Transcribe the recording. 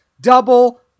double